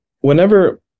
whenever